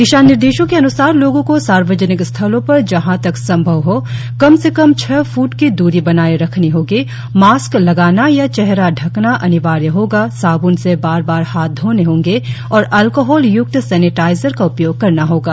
दिशा निर्देशों के अन्सार लोगों को सार्वजनिक स्थलों पर जहां तक संभव हो कम से कम छह फ्ट की द्री बनाए रखनी होगी मास्क लगाना या चेहरा ढकना अनिवार्य होगा साब्न से बार बार हाथ धोने होंगे और अलकोहल य्क्त सैनिटाइजर का उपयोग करना होगा